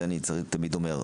זה אני תמיד אומר,